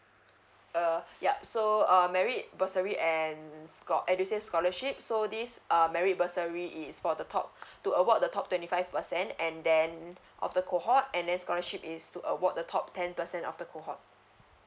uh yup so uh merit bursary and scho~ edusave scholarship so this um merit bursary is for the top to award the top twenty five percent and then of the cohort and then scholarship is to award the top ten percent of the cohort